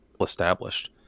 established